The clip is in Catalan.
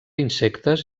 insectes